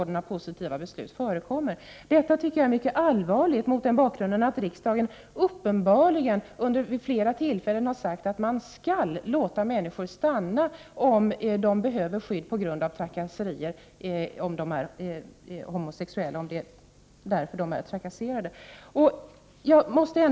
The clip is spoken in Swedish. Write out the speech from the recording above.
Detta är mycket allvarligt, mot bakgrund av att riksdagen uppenbarligen vid flera tillfällen har sagt att människor skall få stanna om de behöver skydd på grund av trakasserier för att de är homosexuella.